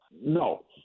No